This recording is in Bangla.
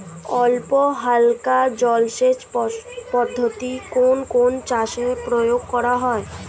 অল্পহালকা জলসেচ পদ্ধতি কোন কোন চাষে প্রয়োগ করা হয়?